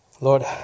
Lord